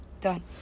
Done